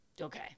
Okay